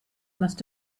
must